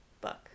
book